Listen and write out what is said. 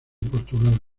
portugal